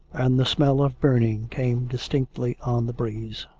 and the smell of burning came distinctly on the breeze.